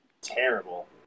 terrible